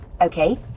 Okay